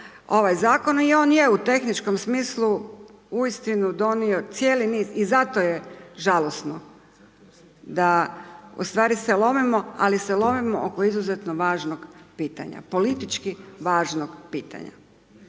ovaj Zakon i on je u tehničkom smislu uistinu donio cijeli niz, i zato je žalosno, da ustvari se lomimo, ali se lomimo oko izuzetno važnog pitanja, politički važnog pitanja.